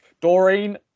Doreen